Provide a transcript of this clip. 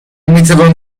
میتوان